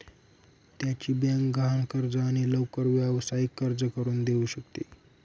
त्याची बँक गहाण कर्ज आणि लवकर व्यावसायिक कर्ज करून देऊ शकते